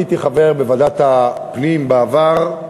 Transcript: אני הייתי חבר בוועדת הפנים בעבר.